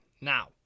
now